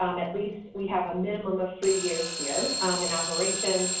um at least we have a minimum of three years here in operation.